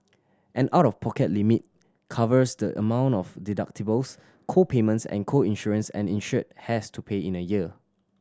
an out of pocket limit covers the amount of deductibles co payments and co insurance and insured has to pay in a year